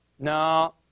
No